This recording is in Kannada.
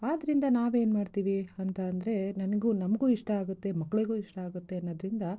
ಆದ್ದರಿಂದ ನಾವೇನು ಮಾಡ್ತೀವಿ ಅಂತಂದರೆ ನನಗೂ ನಮಗೂ ಇಷ್ಟ ಆಗುತ್ತೆ ಮಕ್ಳಿಗೂ ಇಷ್ಟ ಆಗುತ್ತೆ ಅನ್ನೊದರಿಂದ